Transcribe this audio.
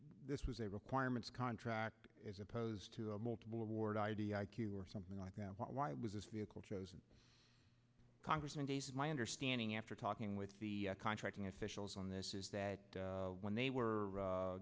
this was a requirements contract as opposed to a multiple award or something like that why was this vehicle chosen congressman days my understanding after talking with the contracting officials on this is that when they were